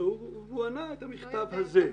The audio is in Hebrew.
והוא ענה במכתב הזה.